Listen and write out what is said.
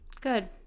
Good